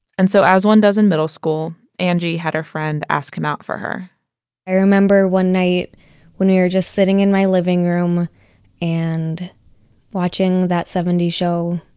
and so as one does in middle school, angie had her friend ask him out for her i remember one night when we were just sitting in my living room and watching that seventy s show,